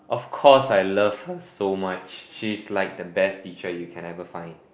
of course I love her so much she is like the best teacher you can never find